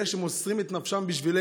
אלו שמוסרים את נפשם בשבילנו.